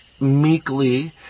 meekly